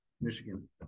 Michigan